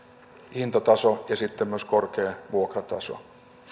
hintataso ja sitten myös korkea vuokrataso